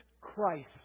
Christ